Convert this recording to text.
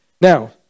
Now